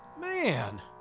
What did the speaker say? Man